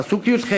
פסוק י"ח,